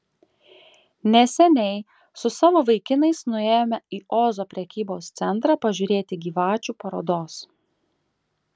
neseniai su savo vaikinais nuėjome į ozo prekybos centrą pažiūrėti gyvačių parodos